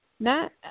Matt